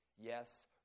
Yes